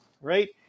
right